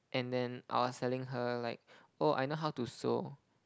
and then I was telling her like oh I know how to sew